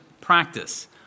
practice